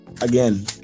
Again